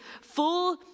full